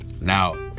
Now